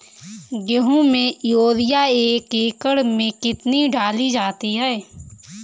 गेहूँ में यूरिया एक एकड़ में कितनी डाली जाती है?